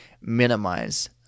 minimize